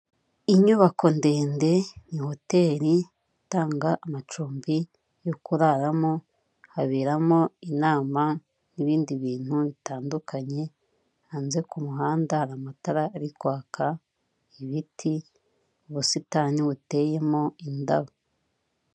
Inyubako ndende ni hoteli itanga amacumbi yo kuraramo, haberamo inama n'ibindi bintu bitandukanye, hanze ku muhanda hari amatara ari kwaka, ibiti, ubusitani buteyemo indabo.